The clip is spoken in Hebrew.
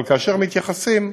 אבל כאשר מתייחסים לנתונים,